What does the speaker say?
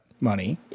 money